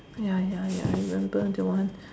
ya ya ya I remember that one